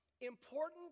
Important